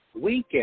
weekend